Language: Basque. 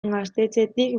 gaztetxetik